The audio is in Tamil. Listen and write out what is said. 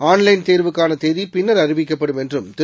ஆன்லைன் தேர்வுக்கானதேதிபின்னர் அறிவிக்கப்படும் என்றும் திரு